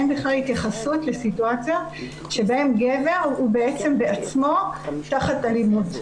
אין בכלל התייחסות לסיטואציות שבהן גבר הוא בעצם בעצמו תחת אלימות.